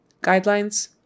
Guidelines